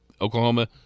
Oklahoma